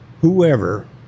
whoever